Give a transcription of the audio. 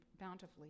bountifully